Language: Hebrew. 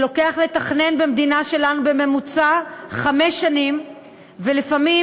שלוקח לתכנן במדינה שלנו בממוצע חמש שנים ולפעמים